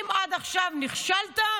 אם עד עכשיו נכשלת,